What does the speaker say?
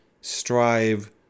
strive